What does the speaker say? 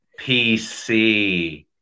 PC